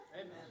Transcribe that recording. Amen